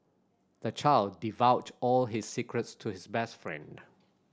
the child divulged all his secrets to his best friend